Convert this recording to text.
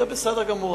זה בסדר גמור,